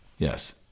Yes